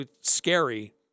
scary